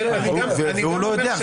והוא לא יודע.